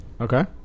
Okay